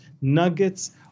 nuggets